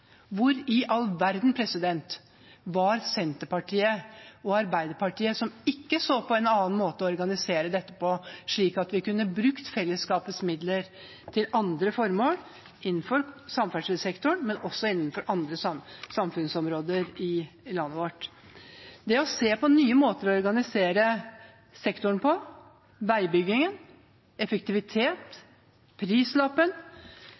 Hvor i all verden var Senterpartiet og Arbeiderpartiet, som ikke så på en annen måte å organisere dette på, slik at vi kunne brukt fellesskapets midler til andre formål, både innenfor samferdselssektoren og innenfor andre samfunnsområder i landet vårt? Man må se på nye måter å organisere sektoren på,